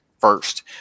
first